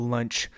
Lunch